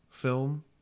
film